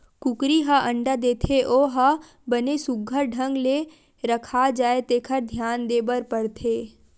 कुकरी ह अंडा देथे ओ ह बने सुग्घर ढंग ले रखा जाए तेखर धियान देबर परथे